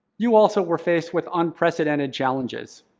you also were faced with unprecedented challenges.